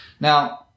Now